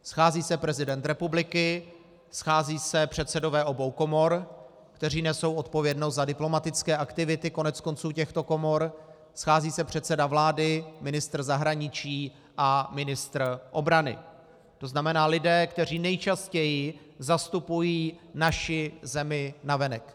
Schází se prezident republiky, scházejí se předsedové obou komor, kteří nesou odpovědnost za diplomatické aktivity koneckonců těchto komor, schází se předseda vlády, ministr zahraničí a ministr obrany, to znamená lidé, kteří nejčastěji zastupují naši zemi navenek.